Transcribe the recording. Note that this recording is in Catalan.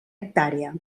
hectàrea